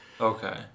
Okay